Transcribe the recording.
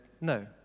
no